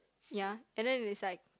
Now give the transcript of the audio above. ya and then it's like